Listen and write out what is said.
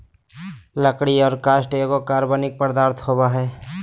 लकड़ी और काष्ठ एगो कार्बनिक पदार्थ होबय हइ